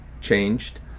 changed